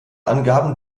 angaben